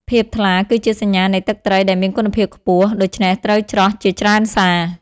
ភាពថ្លា គឺជាសញ្ញានៃទឹកត្រីដែលមានគុណភាពខ្ពស់ ដូច្នេះត្រូវច្រោះជាច្រើនសា។